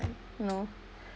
you know